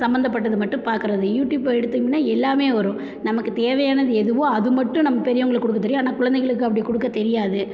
சம்மந்தப்பட்டது மட்டும் பார்க்குறது யூடியூப்பை எடுத்துங்கின்னா எல்லாமே வரும் நமக்கு தேவையானது எதுவோ அது மட்டும் நம்ம பெரியவங்களுக்கு கொடுக்க தெரியும் ஆனால் குழந்தைங்களுக்கு அப்படி கொடுக்க தெரியாது